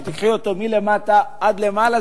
שתיקחי אותו מלמטה עד למעלה,